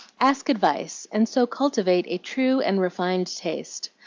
ask advice, and so cultivate a true and refined taste.